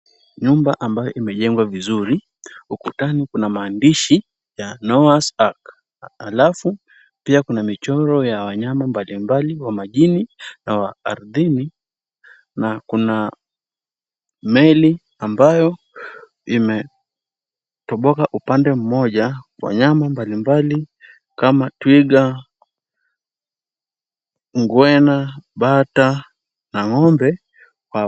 Nyumba ambayo imejengwa vizuri, ukutani kuna maandishi ya Noah's ark halafu pia kuna michoro ya wanyama mbalimbali wa majini na ardhini, na kuna meli ambayo imetoboka upande mmoja. Wanyama mbalimbali kama twiga, ngwena, bata na ng'ombe wapo.